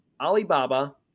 Alibaba